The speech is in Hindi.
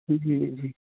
जी जी